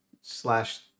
slash